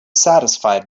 satisfied